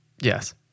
Yes